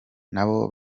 nabo